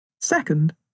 Second